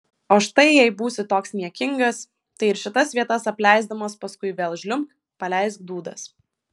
o štai jei būsi toks niekingas tai ir šitas vietas apleisdamas paskui vėl žliumbk paleisk dūdas